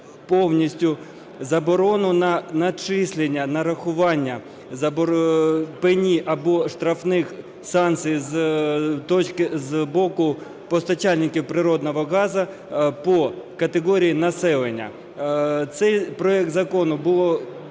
повністю заборону на начислення, нарахування пені або штрафних санкцій з боку постачальників природного газу по категорії населення. Цей проект закону було